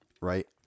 Right